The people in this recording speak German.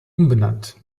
umbenannt